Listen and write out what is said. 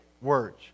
Words